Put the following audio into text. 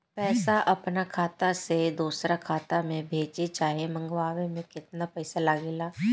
पैसा अपना खाता से दोसरा खाता मे भेजे चाहे मंगवावे में केतना पैसा लागेला?